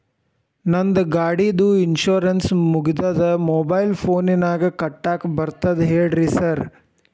ನಂದ್ ಗಾಡಿದು ಇನ್ಶೂರೆನ್ಸ್ ಮುಗಿದದ ಮೊಬೈಲ್ ಫೋನಿನಾಗ್ ಕಟ್ಟಾಕ್ ಬರ್ತದ ಹೇಳ್ರಿ ಸಾರ್?